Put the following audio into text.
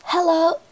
Hello